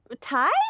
tie